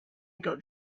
got